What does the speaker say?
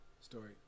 story